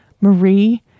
Marie